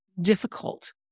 difficult